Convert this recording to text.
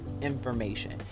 information